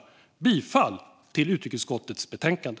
Jag yrkar bifall till förslaget i utrikesutskottets betänkande.